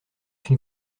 une